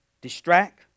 distract